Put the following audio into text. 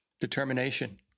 determination